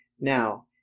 now